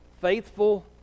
faithful